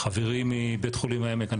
חברי מבית חולים העמק,